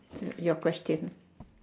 your question